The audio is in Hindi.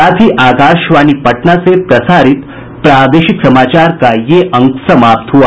इसके साथ ही आकाशवाणी पटना से प्रसारित प्रादेशिक समाचार का ये अंक समाप्त हुआ